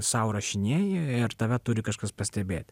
sau rašinėji ir tave turi kažkas pastebėti